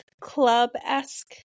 club-esque